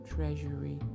Treasury